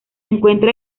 encuentra